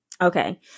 Okay